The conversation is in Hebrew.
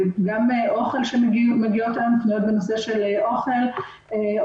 אנחנו מקבלים פניות לגבי האוכל שישנו שם,